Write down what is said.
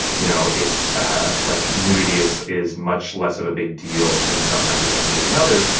you know, it's ah like, nudity is is much less of a big deal in some countries than it is in others.